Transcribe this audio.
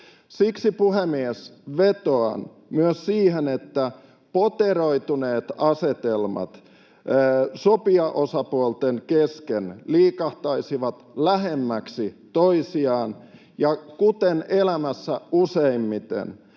Siksi, puhemies, vetoan myös siihen, että poteroituneet asetelmat sopijaosapuolten kesken liikahtaisivat lähemmäksi toisiaan, ja kuten elämässä useimmiten,